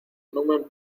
numen